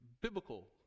biblical